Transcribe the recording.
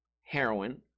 heroin